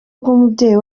rw’umubyeyi